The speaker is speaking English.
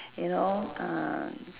you know uh